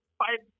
five